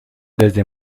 desde